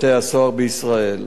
בתי-הסוהר בישראל.